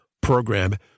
program